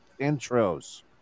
intros